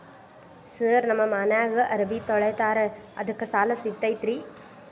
Sir ನಮ್ಮ ಮನ್ಯಾಗ ಅರಬಿ ತೊಳಿತಾರ ಅದಕ್ಕೆ ಸಾಲ ಸಿಗತೈತ ರಿ?